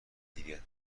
دیگه